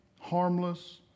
harmless